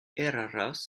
eraras